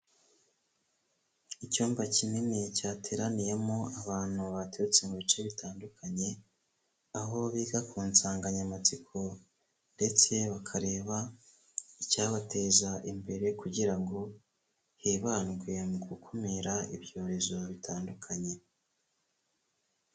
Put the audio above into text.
Icyumba kinini cyateraniyemo abantu baturutse mu bice bitandukanye, aho biga ku nsanganyamatsiko ndetse bakareba icyabateza imbere kugira ngo hibandwe mu gukumira ibyorezo bitandukanye.